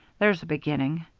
there's a beginning.